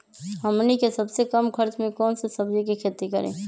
हमनी के सबसे कम खर्च में कौन से सब्जी के खेती करी?